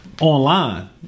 online